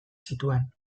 zituen